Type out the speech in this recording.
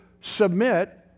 submit